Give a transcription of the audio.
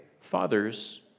fathers